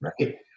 Right